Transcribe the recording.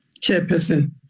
Chairperson